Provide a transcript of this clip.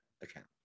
account